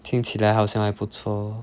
听起来好像还不错 orh